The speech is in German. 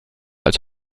als